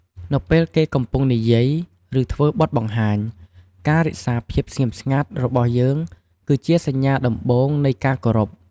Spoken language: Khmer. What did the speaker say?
នៅពេលគេកំពុងនិយាយ ឬធ្វើបទបង្ហាញ ការរក្សាភាពស្ងៀមស្ងាត់របស់យើង គឺជាសញ្ញាដំបូងនៃការគោរព។